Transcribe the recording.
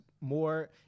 more